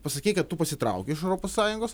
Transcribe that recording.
pasakei kad tu pasitrauki iš europos sąjungos